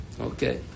okay